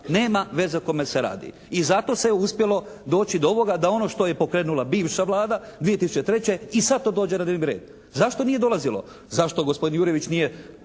nema veze o kome se radi. I zato se uspjelo doći do ovoga da ono što je pokrenula bivša Vlada 2003. i sad to dođe na dnevni red. Zašto nije dolazilo? Zašto gospodin Jurjević nije